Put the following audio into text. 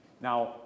Now